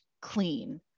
clean